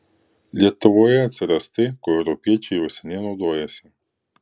lietuvoje atsiras tai kuo europiečiai jau seniai naudojasi